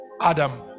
Adam